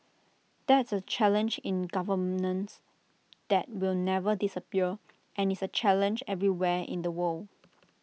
that's A challenge in governance that will never disappear and is A challenge everywhere in the world